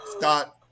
Scott